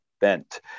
bent